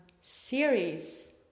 series